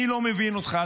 אני לא מבין אותך,